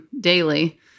daily